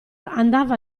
andava